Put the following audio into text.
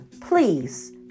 please